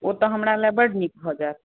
ओ तऽ हमरा लय बड्ड नीक भऽ जायत